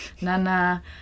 Nana